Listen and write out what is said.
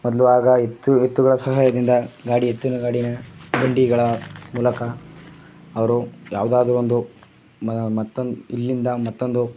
ಮೊದಲು ಆಗ ಎತ್ತು ಎತ್ತುಗಳ ಸಹಾಯದಿಂದ ಗಾಡಿ ಎತ್ತಿನ ಗಾಡಿನ ಬಂಡಿಗಳ ಮೂಲಕ ಅವರು ಯಾವುದಾದರೊಂದು ಮತ್ತೊಂದು ಇಲ್ಲಿಂದ ಮತ್ತೊಂದು